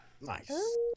nice